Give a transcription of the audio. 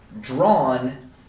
drawn